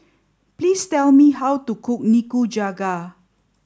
please tell me how to cook Nikujaga